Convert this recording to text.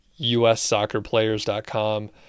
USsoccerplayers.com